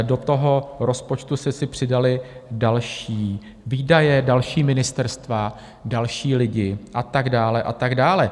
Do toho rozpočtu jste si přidali další výdaje, další ministerstva, další lidi a tak dále a tak dále.